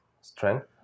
strength